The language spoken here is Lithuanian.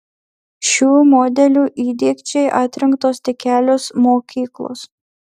šių modelių įdiegčiai atrinktos tik kelios mokyklos